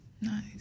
Nice